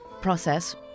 process